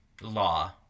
law